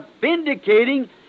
vindicating